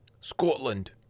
Scotland